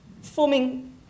forming